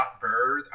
bird